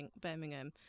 Birmingham